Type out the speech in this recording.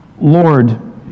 Lord